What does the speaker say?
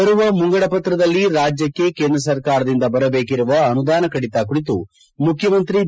ಬರುವ ಮುಂಗಡ ಪತ್ರದಲ್ಲಿ ರಾಜ್ಯಕ್ಕೆ ಕೇಂದ್ರ ಸರ್ಕಾರದಿಂದ ಬರಬೇಕಿರುವ ಅನುದಾನ ಕಡಿತ ಕುರಿತು ಮುಖ್ಯಮಂತ್ರಿ ಬಿ